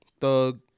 thug